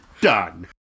done